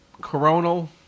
coronal